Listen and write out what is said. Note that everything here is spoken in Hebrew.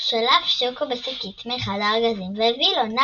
שלף שוקו בשקית מאחד הארגזים והביא לו.